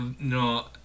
No